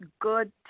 good